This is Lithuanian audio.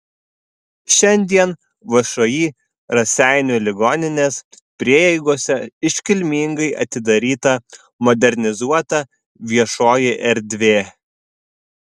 šiandien všį raseinių ligoninės prieigose iškilmingai atidaryta modernizuota viešoji erdvė